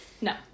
No